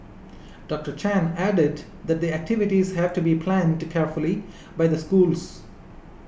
Doctor Chan added that the activities have to be planned carefully by the schools